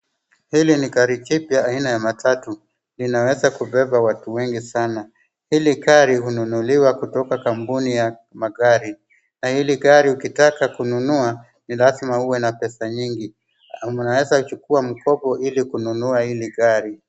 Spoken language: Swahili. Hili ni gari jipya aina ya matatu, linaweza kubeba watu wengi sana. Hili gari hununuliwa kutoka kampuni ya magari. Hili gari ukitaka kununua ni lazima uwe na pesa nyingi , unaweza kuchukua mkopo ili kununua ili gari.